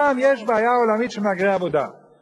אני מכיר איש זקן שכבר שנה שלמה יש לו עובד סיעודי שהגיע מרומניה,